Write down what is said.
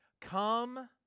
come